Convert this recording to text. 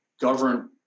govern